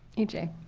e j?